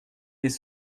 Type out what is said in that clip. des